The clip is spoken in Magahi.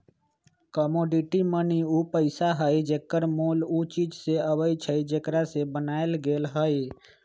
कमोडिटी मनी उ पइसा हइ जेकर मोल उ चीज से अबइ छइ जेकरा से बनायल गेल हइ